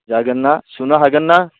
जागोनना सुनो हागोनना